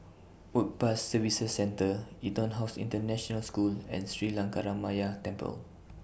Work Pass Services Centre Etonhouse International School and Sri Lankaramaya Temple